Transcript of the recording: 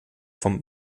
vom